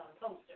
poster